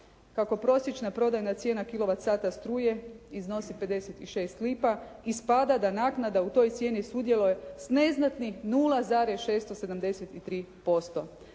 Kako je prosječna prodajna cijena kilovat sata struje iznosi 56 lipa ispada da naknada u toj cijeni sudjeluje s neznatnih 0,673%.